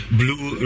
blue